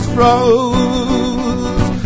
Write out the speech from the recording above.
Froze